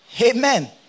Amen